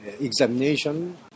examination